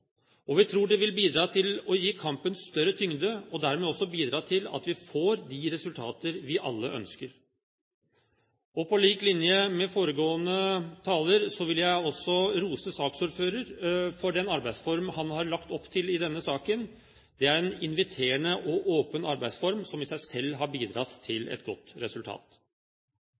Og vi tror det vil bidra til å gi kampen større tyngde, og dermed også bidra til at vi får de resultater vi alle ønsker. På lik linje med foregående taler vil jeg også rose saksordføreren for den arbeidsform han har lagt opp til i denne saken. Det er en inviterende og åpen arbeidsform som i seg selv har bidratt til et godt resultat.